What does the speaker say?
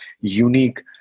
unique